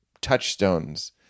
touchstones